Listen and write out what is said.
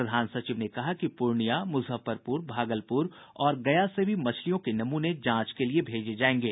प्रधान सचिव ने कहा कि पूर्णियां मुजफ्फरपुर भागलपुर और गया से भी मछलियों के नमूने जांच के लिए भेजे जायेंगे